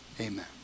amen